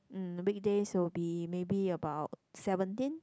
um weekdays will be maybe about seventeen